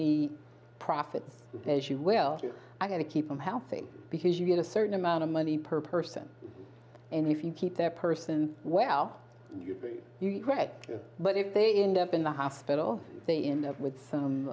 the profits as you will i got to keep them healthy because you get a certain amount of money per person and if you keep their person well you're correct but if they end up in the hospital they end up with some